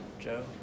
Joe